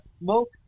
smoke